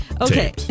Okay